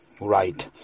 Right